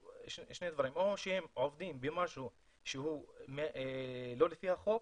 או שהם עובדים במשהו שהוא לא לפי החוק,